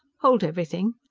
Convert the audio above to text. hold everything!